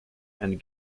and